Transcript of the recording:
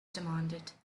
demanded